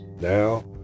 Now